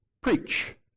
Preach